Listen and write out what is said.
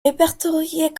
répertoriés